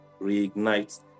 reignite